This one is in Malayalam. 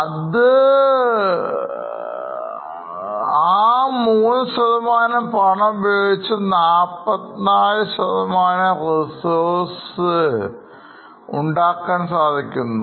അത് 44 reserves ഉണ്ടാക്കുന്നു